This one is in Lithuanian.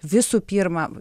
visų pirma